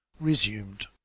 resumed